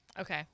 Okay